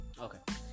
Okay